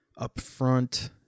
upfront